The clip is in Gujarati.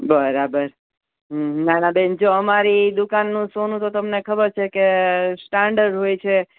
બરાબર હં ના ના બેન જો અમારી દુકાનનું સોનું તો તમને ખબર છે કે સ્ટાન્ડડ હોય છે